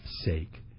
sake